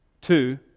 Two